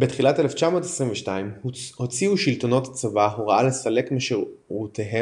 בתחילת 1922 הוציאו שלטונות הצבא הוראה לסלק משורותיהם